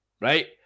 right